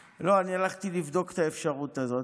לא, אני הלכתי לבדוק את האפשרות הזאת.